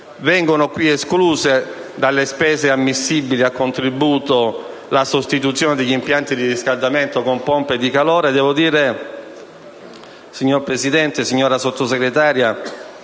Vengono qui escluse dalle spese ammissibili a contributo quelle per la sostituzione degli impianti di riscaldamento con pompe di calore.